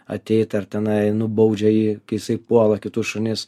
ateit ar tenai nubaudžia jį kai jisai puola kitus šunis